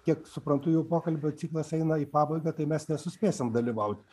kiek suprantu jau pokalbio ciklas eina į pabaigą tai mes nesuspėsim dalyvaut